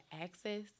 access